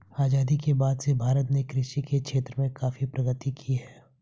आजादी के बाद से भारत ने कृषि के क्षेत्र में काफी प्रगति की है